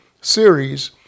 series